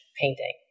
painting